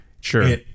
Sure